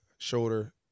shoulder